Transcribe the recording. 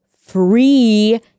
free